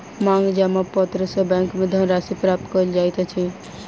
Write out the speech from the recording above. मांग जमा पत्र सॅ बैंक में धन राशि प्राप्त कयल जाइत अछि